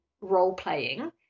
role-playing